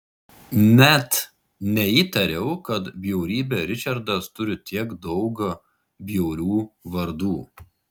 net neįtariau kad bjaurybė ričardas turi tiek daug bjaurių vardų